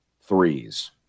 threes